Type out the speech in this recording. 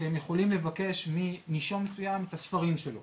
שהם יכולים לבקש מנישום מסוים את הספרים שלו